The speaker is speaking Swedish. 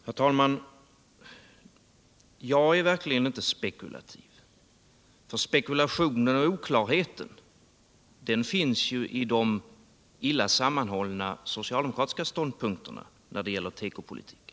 Herr talman! Jag är verkligen inte spekulativ, för spekulationen och oklarheten finns ju i de illa sammanhållna socialdemokratiska ståndpunkterna när det gäller tekopolitiken.